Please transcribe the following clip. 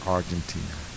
Argentina